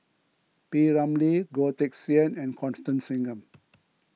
P Ramlee Goh Teck Sian and Constance Singam